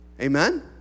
Amen